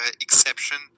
exception